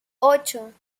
ocho